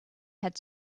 had